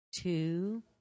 Two